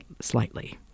slightly